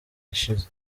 ishize